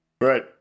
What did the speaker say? right